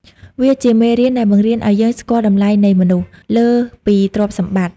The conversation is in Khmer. វាជាមេរៀនដែលបង្រៀនឱ្យយើងស្គាល់តម្លៃនៃ «មនុស្ស» លើសពីទ្រព្យសម្បត្តិ។